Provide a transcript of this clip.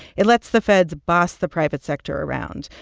it lets the feds boss the private sector around,